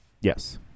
yes